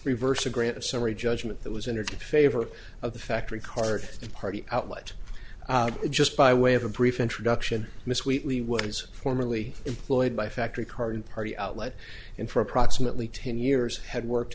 reversed to grant a summary judgment that was in her to favor of the factory card party out what just by way of a brief introduction miss wheatly was formerly employed by factory carton party outlet and for approximately ten years had worked